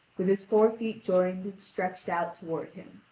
with his fore-feet joined and stretched out toward him.